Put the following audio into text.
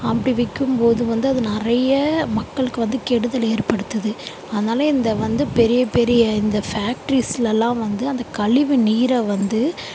அப்படி விற்கும்போது வந்து அது நிறைய மக்களுக்கு வந்து கெடுதல் ஏற்படுத்துது அதனால் இந்த வந்து பெரிய பெரிய இந்த ஃபேக்ட்ரிஸ்லலாம் வந்து அந்த கழிவு நீரை வந்து